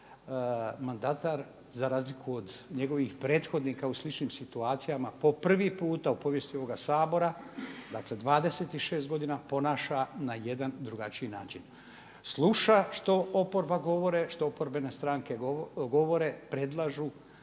mandatar za razliku od njegovih prethodnika u sličnim situacijama po prvi puta u povijesti ovoga Sabora, dakle 26 godina ponaša na jedan drugačiji način. Sluša što oporba govore, što